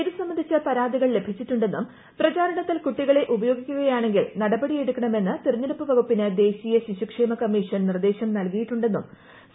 ഇത് സംബന്ധിച്ച് പരാതികൾ ലഭിച്ചിട്ടുണ്ടെന്നും പ്രചാരണത്തിൽ കുട്ടികളെ ഉപയോഗിക്കുകയാണെങ്കിൽ തെരഞ്ഞെടുപ്പ് വകുപ്പിന് ദേശീയ ശിശുക്ഷേമ കമ്മീഷൻ നിർദ്ദേശം നൽകിയിട്ടുണ്ടെന്നും സി